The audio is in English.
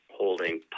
holding